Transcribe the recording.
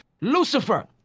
Lucifer